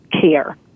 care